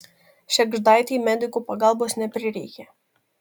šėgždaitei medikų pagalbos neprireikė